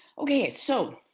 okay, so